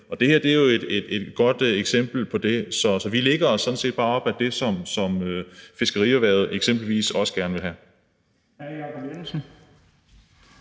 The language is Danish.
og det her er jo et godt eksempel på det. Så vi lægger os sådan set bare op ad det, som fiskerierhvervet eksempelvis også gerne vil have.